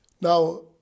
Now